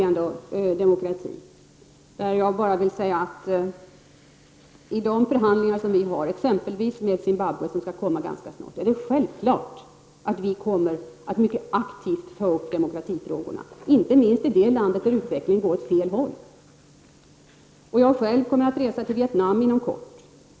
Så till demokratifrågorna. I de förhandlingar som vi ganska snart skall föra med Zimbabwe kommer vi självklart att mycket aktivt diskutera demokratifrågorna, inte minst med tanke på att utvecklingen i det landet går åt fel håll. Jag själv kommer inom kort att resa till Vietnam.